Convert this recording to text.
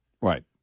Right